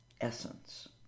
essence